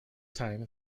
time